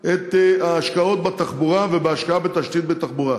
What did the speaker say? ההשקעות בתחבורה ובהשקעה בתשתית בתחבורה.